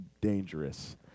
dangerous